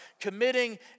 committing